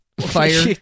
fire